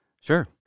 Sure